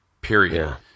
Period